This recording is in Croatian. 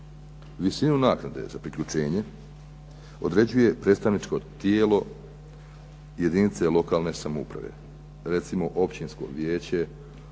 Visinu naknade za priključenje određuje predstavničko tijelo jedinice lokalne samouprave recimo Općinsko vijeće